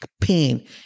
pain